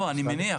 לא, אני מניח.